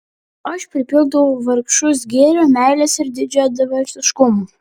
aš pripildau vargšus gėrio meilės ir didžiadvasiškumo